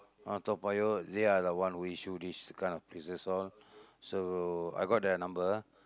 uh Toa-Payoh they are the one who issue this kind of places all so I got their number